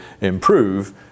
improve